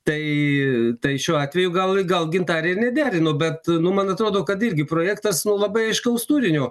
tai tai šiuo atveju gal gal gintarė ir nederino bet nu man atrodo kad irgi projektas nu labai aiškaus turinio